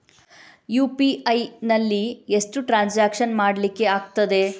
UPI ನಲ್ಲಿ ಎಷ್ಟು transaction ಮಾಡ್ಲಿಕ್ಕೆ ಆಗ್ತದೆ?